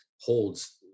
holds